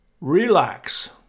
Relax